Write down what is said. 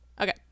Okay